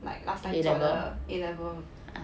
like last time 做的 A level